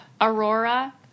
Aurora